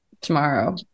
tomorrow